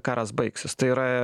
karas baigsis tai yra